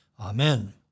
Amen